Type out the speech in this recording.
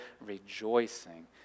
rejoicing